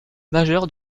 majeur